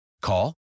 Call